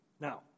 Now